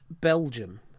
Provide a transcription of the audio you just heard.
Belgium